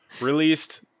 Released